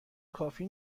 کافی